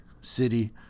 city